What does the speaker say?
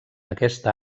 aquesta